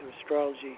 astrology